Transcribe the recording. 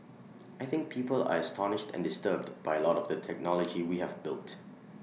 I think people are astonished and disturbed by A lot of the technology we have built